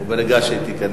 ברגע שהיא תיכנס,